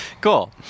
cool